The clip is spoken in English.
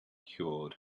cured